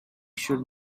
should